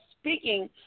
speaking